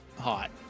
hot